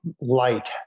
light